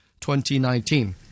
2019